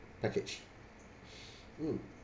package mm